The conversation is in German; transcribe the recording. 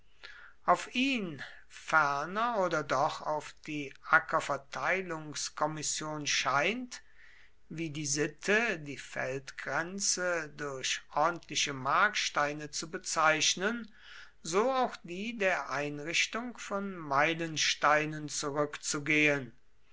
auf ihn ferner oder doch auf die ackerverteilungskommission scheint wie die sitte die feldgrenze durch ordentliche marksteine zu bezeichnen so auch die der errichtung von meilensteinen zurückzugehen